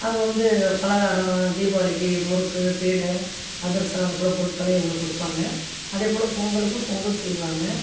அவங்க வந்து பலகாரம் தீபாவளிக்கு முறுக்கு சீடை அதிரசம் அதுபோல பொருட்களை எங்களுக்குக் கொடுப்பாங்க அதேபோல பொங்கலுக்கும் பொங்கல் செய்வாங்க